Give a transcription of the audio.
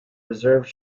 reserve